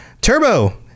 Turbo